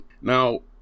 Now